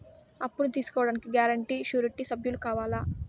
అప్పును తీసుకోడానికి guarantee, surety సభ్యులు కావాలా?